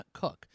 Cook